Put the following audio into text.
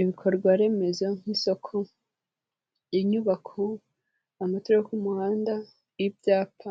Ibikorwaremezo nk'isoko, inyubako, amatara yo ku muhanda, ibyapa,